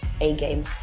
A-game